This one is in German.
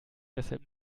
deshalb